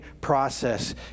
process